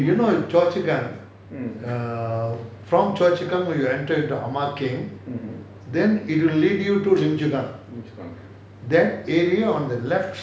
you know choa chu kang err from choa chu kang when you enter into market then it will lead you to lim chu kang that are on the left